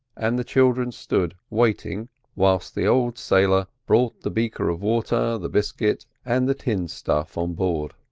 and the children stood waiting whilst the old sailor brought the beaker of water, the biscuit, and the tinned stuff on board.